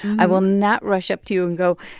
i will not rush up to you and go,